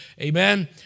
Amen